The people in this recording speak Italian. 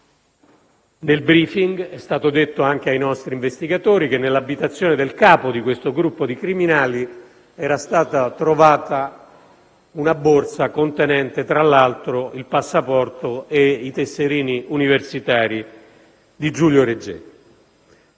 Nel *briefing* è stato detto ai nostri investigatori che nell'abitazione del capo di questo gruppo di criminali era stata trovata una borsa contenente, tra altro, il passaporto e i tesserini universitari di Giulio Regeni.